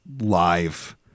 live